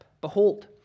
Behold